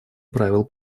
правил